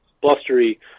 blustery